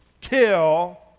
kill